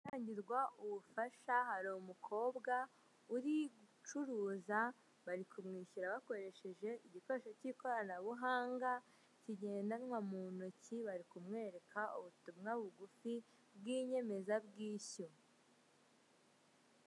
Ahatangirwa ubufasha hari umukobwa uri gucuruza bari kumwishyura bakoresheje igikoresho cy'ikoranabuhanga kigendanwa mu ntoki bari kumwereka ubutumwa bugufi bw'inyemezabwishyu.